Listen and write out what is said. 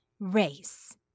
Race